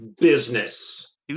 Business